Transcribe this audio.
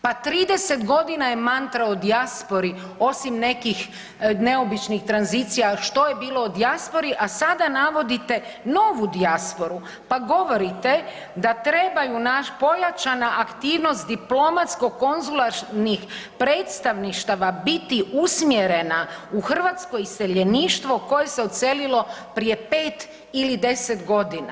Pa 30 godina je mantra o dijaspori osim nekih neobičnih tranzicija što je bilo o dijaspori, a sada navodite novu dijasporu, pa govorite da trebaju pojačana aktivnost diplomatsko konzularnih predstavništava biti usmjerena u hrvatsko iseljeništvo koje se odselilo prije 5 ili 10 godina.